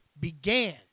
began